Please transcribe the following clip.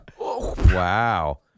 Wow